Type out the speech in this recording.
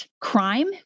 crime